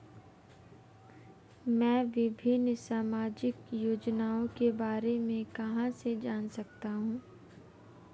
मैं विभिन्न सामाजिक योजनाओं के बारे में कहां से जान सकता हूं?